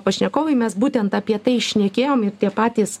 pašnekovui mes būtent apie tai šnekėjom ir tie patys